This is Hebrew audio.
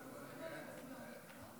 הכנתה לקריאה שנייה ושלישית.